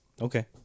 Okay